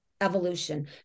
evolution